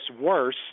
worse